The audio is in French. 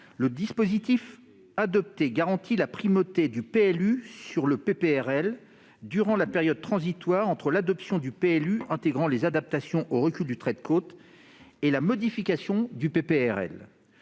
Le dispositif adopté garantit la primauté du PLU sur le PPRL durant la période transitoire entre l'adoption du PLU intégrant les adaptations au recul du trait de côte et la modification du PPRL.